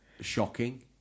shocking